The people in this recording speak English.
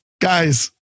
guys